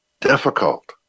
difficult